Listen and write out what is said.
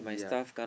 yeah